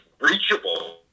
reachable